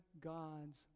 God's